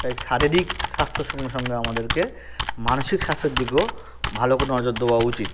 তাই শারীরিক স্বাস্থ্যর সঙ্গে সঙ্গে আমাদেরকে মানসিক স্বাস্থ্যের দিকেও ভালো করে নজর দেওয়া উচিত